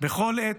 בכל עת,